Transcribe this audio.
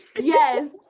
Yes